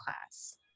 class